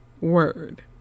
word